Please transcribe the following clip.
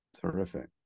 Terrific